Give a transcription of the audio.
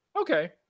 Okay